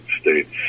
states